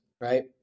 right